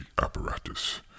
apparatus